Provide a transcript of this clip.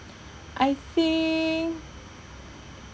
I think